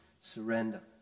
surrender